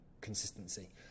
consistency